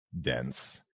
dense